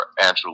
Andrew